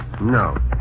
No